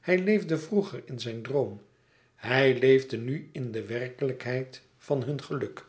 hij leefde vroeger in zijn droom hij leefde nu in de werkelijkheid van hun geluk